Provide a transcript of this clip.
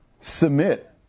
Submit